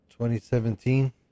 2017